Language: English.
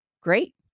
great